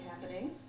happening